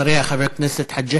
אחריה, חבר הכנסת חאג'